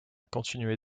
continué